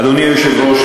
אדוני היושב-ראש,